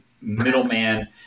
middleman